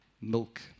milk